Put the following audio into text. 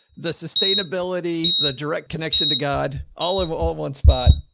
the sustainability, the direct connection to god all over all one spot.